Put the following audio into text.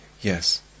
Yes